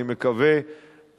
אני מקווה,